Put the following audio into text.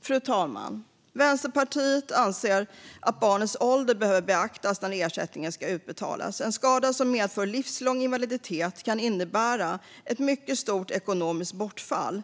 Fru talman! Vänsterpartiet anser att barnets ålder behöver beaktas när ersättningen ska utbetalas. En skada som medför livslång invaliditet kan innebära ett mycket stort ekonomiskt bortfall